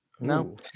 No